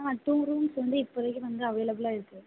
ஆ two rooms வந்து இப்போதைக்கு வந்து அவைலபிளாக இருக்குது